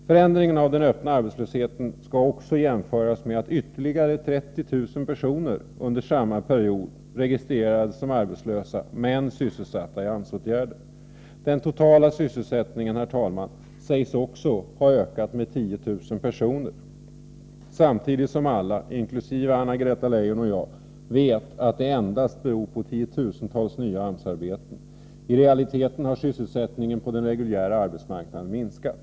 Förändringen av den öppna arbetslösheten skall också ses mot bakgrund av att ytterligare 30 000 personer under samma period registrerades som arbetslösa, men sysselsatta i AMS-åtgärder. Den totala sysselsättningen sägs vidare ha ökat med 10 000 platser, samtidigt som alla vet, inkl. Anna-Greta Leijon och jag, att det endast beror på att tiotusentals nya AMS-arbeten skapats. I realiteten har sysselsättningen på den reguljära arbetsmarknaden minskat.